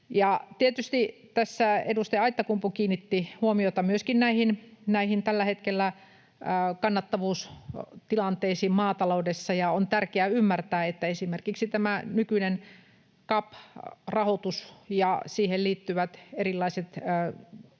Tietysti tässä edustaja Aittakumpu kiinnitti huomiota myöskin näihin tämän hetken kannattavuustilanteisiin maataloudessa. On tärkeää ymmärtää, että esimerkiksi tämä nykyinen CAP-rahoitus ja siihen liittyvät erilaiset